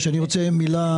שבוע,